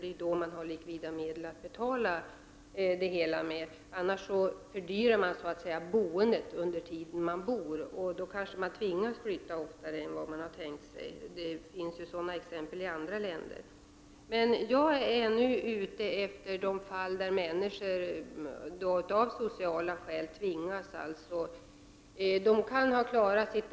Det är då man har likvida medel att betala med. Annars fördyrar man boendet under tiden man bor. Då kanske människor tvingas att flytta oftare än de tänkt sig. Det finns sådana exempel i andra länder. Jag är ute efter de fall där människor tvingats att flytta av sociala skäl.